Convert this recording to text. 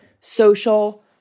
social